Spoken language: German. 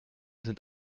sind